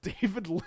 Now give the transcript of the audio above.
David